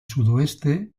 sudoeste